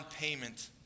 payment